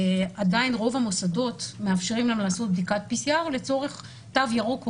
עדיין רוב המוסדות מאפשרים להם לעשות בדיקת PCR לצורך תו ירוק עובד.